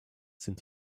sind